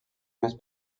més